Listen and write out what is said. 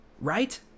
right